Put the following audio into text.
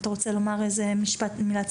אתה רוצה לומר איזה משפט או מילת סיכום?